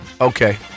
Okay